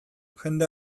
jende